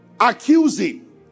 Accusing